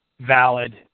valid